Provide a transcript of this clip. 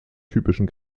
typischen